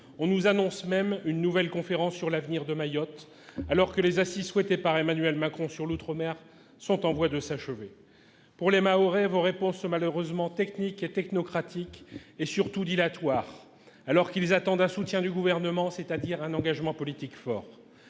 On nous annonce même une nouvelle conférence sur l'avenir de Mayotte, alors que les assises des outre-mer souhaitées par Emmanuel Macron sont en voie de s'achever. Pour les Mahorais, vos réponses sont malheureusement techniques, technocratiques et, surtout, dilatoires, alors qu'ils attendent un soutien du Gouvernement, c'est-à-dire un engagement politique fort.